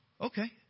okay